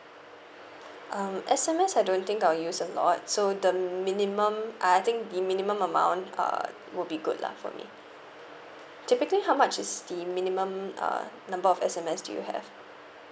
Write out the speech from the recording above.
um S_M_S I don't think I'll use a lot so the minimum uh I think the minimum amount uh would be good lah for me typically how much is the minimum uh number of S_M_S do you have